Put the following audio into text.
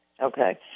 Okay